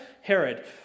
Herod